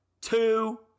two